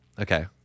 okay